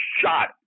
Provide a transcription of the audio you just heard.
shot